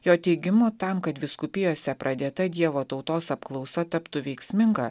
jo teigimu tam kad vyskupijose pradėta dievo tautos apklausa taptų veiksminga